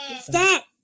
Stop